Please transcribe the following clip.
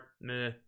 meh